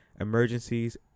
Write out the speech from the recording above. emergencies